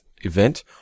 event